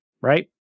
right